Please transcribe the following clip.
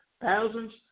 thousands